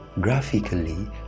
Graphically